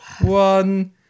one